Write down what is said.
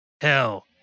hell